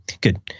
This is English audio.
good